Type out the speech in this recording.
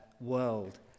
world